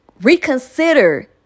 reconsider